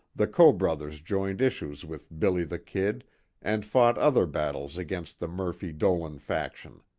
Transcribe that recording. the coe brothers joined issues with billy the kid and fought other battles against the murphy-dolan faction.